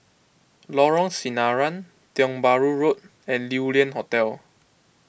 Lorong Sinaran Tiong Bahru Road and Yew Lian Hotel